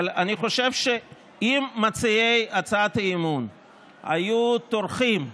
אבל אני חושב שאם מציעי הצעת האי-אמון היו טורחים,